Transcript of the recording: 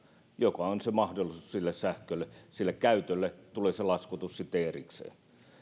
joka on se mahdollisuus sille sähkölle ja sille käytölle tulee se laskutus sitten erikseen